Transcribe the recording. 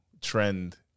trend